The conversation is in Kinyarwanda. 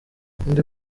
indi